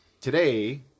today